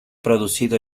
producido